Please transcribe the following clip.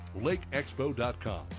LakeExpo.com